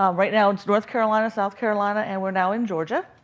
um right now, it's north carolina, south carolina, and we're now in georgia.